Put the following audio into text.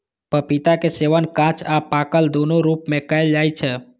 पपीता के सेवन कांच आ पाकल, दुनू रूप मे कैल जाइ छै